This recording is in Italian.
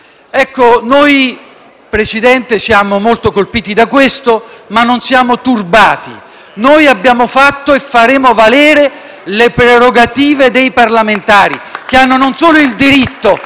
Ecco noi, Presidente, siamo molto colpiti da questo, ma non siamo turbati. Noi abbiamo fatto e faremo valere le prerogative dei parlamentari *(Applausi dal Gruppo